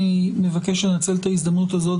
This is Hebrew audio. אני מבקש לנצל את ההזדמנות הזאת,